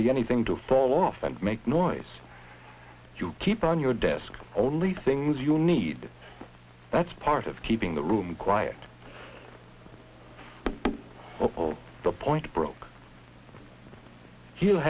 be anything to fall off and make noise you keep on your desk only things you need that's part of keeping the room quiet or the point broke